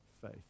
faith